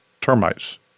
termites